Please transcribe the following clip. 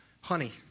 honey